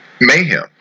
mayhem